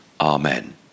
amen